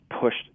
pushed